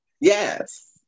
Yes